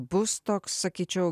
bus toks sakyčiau